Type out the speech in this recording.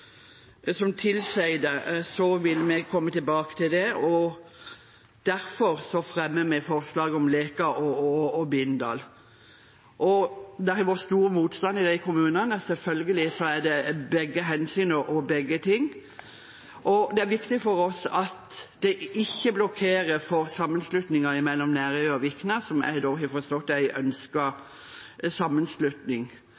som tilsier det, så vil vi komme tilbake til det, og derfor fremmer vi forslaget om Leka og Bindal. Det har vært stor motstand i disse kommunene, og selvfølgelig skal begge tas hensyn til. Det er også viktig for oss at det ikke blokkerer for sammenslutningen av Nærøy og Vikna, som jeg har forstått